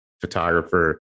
photographer